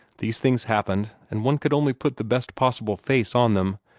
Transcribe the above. these things happened, and one could only put the best possible face on them,